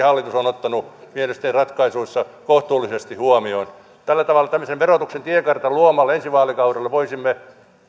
on ottanut mielestäni ratkaisuissa kohtuullisesti huomioon tällä tavalla tämmöisen verotuksen tiekartan luomalla ensi vaalikaudelle voisimme